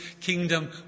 kingdom